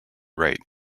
right